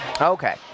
okay